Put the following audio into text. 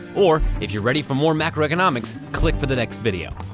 or, if you're ready for more macroeconomics, click for the next video.